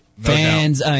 Fans